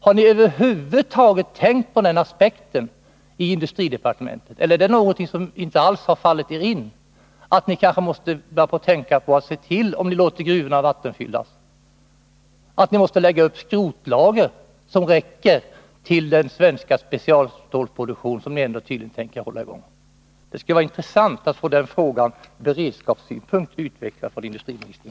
Har ni över huvud taget tänkt på den aspekten i industridepartementet, eller har det inte alls fallit er in att ni kanske då ni låter gruvorna vattenfyllas måste lägga upp skrotlager som räcker till den svenska specialstålsproduktion som ni ändå tydligen vill hålla i gång? Det skulle vara intressant att få frågan om beredskap utvecklad av industriministern.